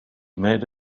made